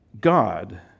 God